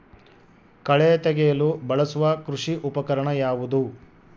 ಕಳೆ ತೆಗೆಯಲು ಬಳಸುವ ಕೃಷಿ ಉಪಕರಣ ಯಾವುದು?